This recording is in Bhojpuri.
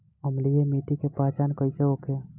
अम्लीय मिट्टी के पहचान कइसे होखे?